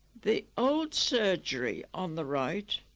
the old surgery on the right,